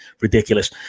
ridiculous